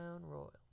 Royal